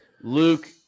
Luke